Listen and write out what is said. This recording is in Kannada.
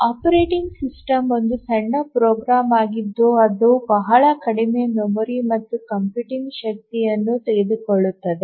ಆಪರೇಟಿಂಗ್ ಸಿಸ್ಟಮ್ ಒಂದು ಸಣ್ಣ ಪ್ರೋಗ್ರಾಂ ಆಗಿದ್ದು ಅದು ಬಹಳ ಕಡಿಮೆ ಮೆಮೊರಿ ಮತ್ತು ಕಂಪ್ಯೂಟಿಂಗ್ ಶಕ್ತಿಯನ್ನು ತೆಗೆದುಕೊಳ್ಳುತ್ತದೆ